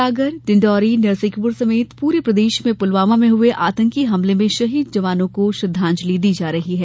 सागर डिंडौरी नरसिंहपुर समेत पूरे प्रदेश में पुलवामा में हुये आतंकी हमले में शहीद जवानों को श्रद्धांजलि दी जा रही है